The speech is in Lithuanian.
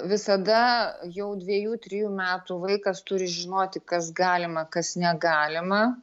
visada jau dviejų trijų metų vaikas turi žinoti kas galima kas negalima